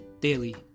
Daily